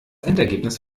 endergebnis